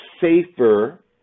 safer